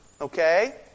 okay